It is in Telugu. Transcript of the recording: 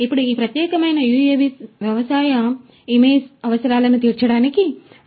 ఇప్పుడు ఈ ప్రత్యేకమైన యుఎవి వ్యవసాయ వ్యవసాయ ఇమేజరీ అవసరాలను తీర్చడానికి రూపొందించబడింది